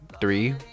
Three